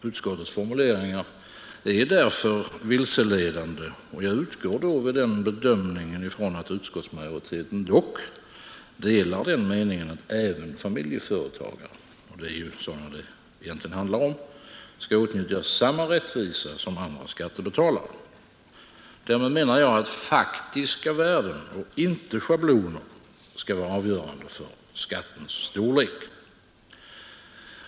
Utskottets formuleringar är därför vilseledande; jag utgår vid den bedömningen ifrån att utskottsmajoriteten dock delar den meningen att familjeföretagare — det är ju sådana det egentligen handlar om — skall åtnjuta samma rättvisa som andra skattebetalare. Därmed menar jag att faktiska värden och inte schabloner skall vara avgörande för skattens storlek.